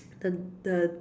the the